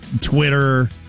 twitter